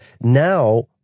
now